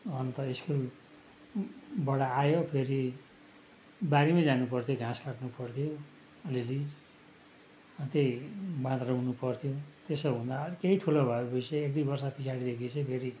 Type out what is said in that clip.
अन्त स्कुलबाट आयो फेरि बारीमै जानु पर्थ्यो घाँस काट्नु पर्थ्यो अलिअलि त्यहीँ बाँदर रुँग्नु पर्थ्यो त्यसो हुँदा आ केही ठुलो भयो पछि एकदुई वर्ष पछाडिदेखि चाहिँ फेरि